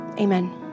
Amen